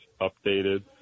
updated